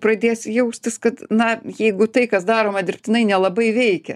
pradės jaustis kad na jeigu tai kas daroma dirbtinai nelabai veikia